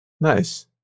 Nice